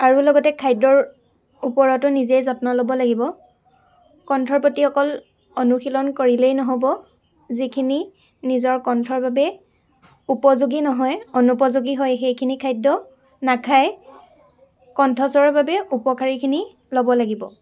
আৰু লগতে খাদ্য়ৰ ওপৰতো নিজেই যত্ন ল'ব লাগিব কণ্ঠৰ প্ৰতি অকল অনুশীলন কৰিলেই নহ'ব যিখিনি নিজৰ কণ্ঠৰ বাবে উপযোগী নহয় অনুপযোগী হয় সেইখিনি খাদ্য় নাখাই কণ্ঠস্বৰৰ বাবে উপকাৰীখিনি ল'ব লাগিব